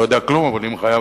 לא יודע כלום אבל אם חייב,